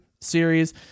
series